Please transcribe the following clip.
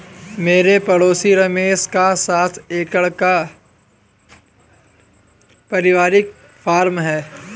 मेरे पड़ोसी रमेश का सात एकड़ का परिवारिक फॉर्म है